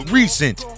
recent